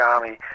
Army